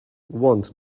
want